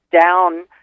down